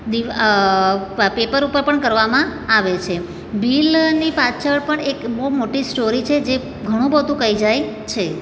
paper ઉપર પણ કરવામાં આવે છે ભીલની પાછળ પણ એક બહુ મોટી સ્ટોરી છે જે ઘણું બધું કહી જાય છે